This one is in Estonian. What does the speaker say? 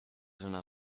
sõna